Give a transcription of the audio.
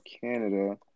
Canada